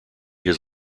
his